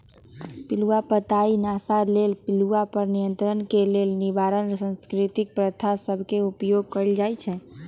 पिलूआ पताई के नाश लेल पिलुआ पर नियंत्रण के लेल निवारक सांस्कृतिक प्रथा सभ के उपयोग कएल जाइ छइ